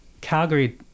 Calgary